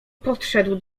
podszedł